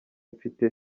mfite